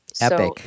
Epic